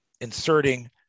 inserting